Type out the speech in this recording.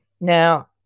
Now